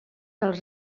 del